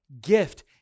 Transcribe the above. Gift